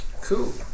Cool